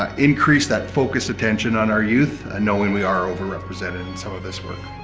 ah increase that focused attention on our youth ah knowing we are over-represented in some of this work.